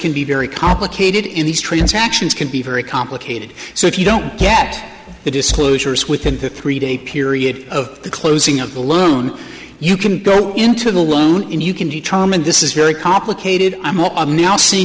can be very complicated in these transactions can be very complicated so if you don't get the disclosures within the three day period of the closing of the loan you can go into the loan and you can determine this is very complicated i'm now see